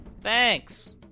Thanks